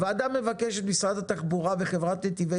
הוועדה מבקשת ממשרד התחבורה ומחברת נתיבי